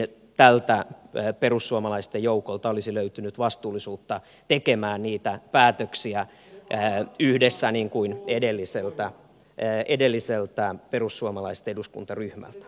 että tältä perussuomalaisten joukolta olisi löytynyt vastuullisuutta tekemään niitä päätöksiä yhdessä niin kuin edelliseltä perussuomalaisten eduskuntaryhmältä